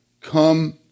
Come